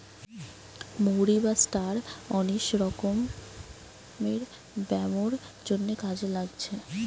মৌরি বা star anise অনেক রকমের ব্যামোর জন্যে কাজে লাগছে